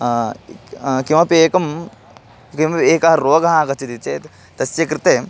किमपि एकं किमपि एकः रोगः आगच्छति चेत् तस्य कृते